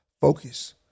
focus